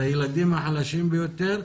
את הילדים החלשים ביותר,